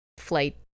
flight